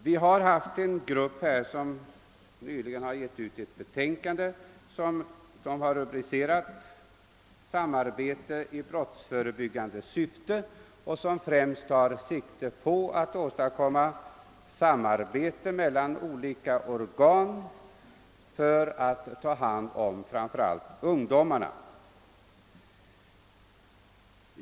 Vi har haft en grupp, som nyligen har gett ut ett betänkande, som har rubricerats »Samarbete i brottsförebyggan de syfte», vilket främst tar sikte på att åstadkomma samarbete mellan olika organ för att ta hand om framför allt ungdomarna.